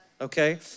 okay